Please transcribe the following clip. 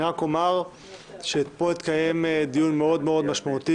אני רק אומר שאתמול התקיים דיון מאוד-מאוד משמעותי